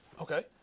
okay